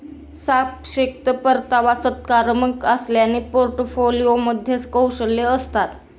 सापेक्ष परतावा सकारात्मक असल्याने पोर्टफोलिओमध्ये कौशल्ये असतात